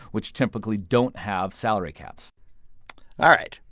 which typically don't have salary caps all right.